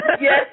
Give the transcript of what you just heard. Yes